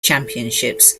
championships